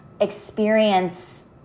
experience